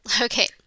Okay